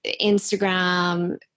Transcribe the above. Instagram